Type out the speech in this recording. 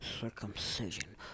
circumcision